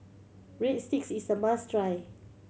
breadsticks is a must try